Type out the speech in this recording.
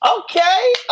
Okay